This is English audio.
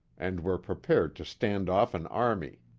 and were prepared to stand off an army.